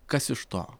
kas iš to